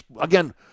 again